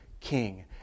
king